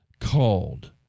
called